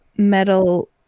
Metal